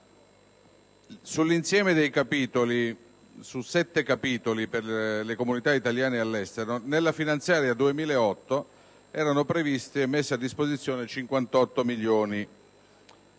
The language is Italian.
all'estero. Sui sette capitoli per le comunità italiane all'estero nella finanziaria 2008 erano previsti e messi a disposizione 58 milioni di euro.